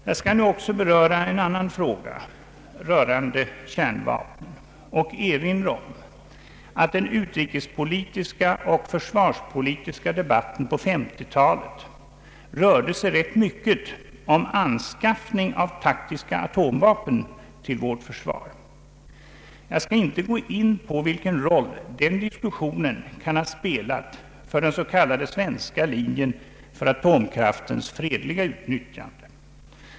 Jag skall nu också beröra en annan fråga som gäller kärnvapen och erinra om att den utrikespolitiska och försvarspolitiska debatten på 1950-talet rörde sig rätt mycket om anskaffning av taktiska atomvapen till vårt försvar. Jag skall inte gå in på vilken roll denna diskussion kan ha spelat för den så kallade svenska linjen för atomkraftens fredliga utnyttjande.